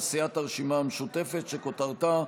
של סיעת הרשימה המשותפת, שכותרתה: